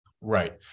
Right